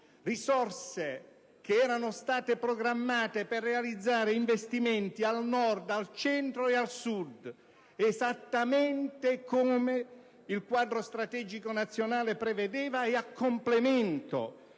risorse che erano state programmate per realizzare investimenti al Nord, al Centro e al Sud, esattamente come il quadro strategico nazionale prevedeva e a complemento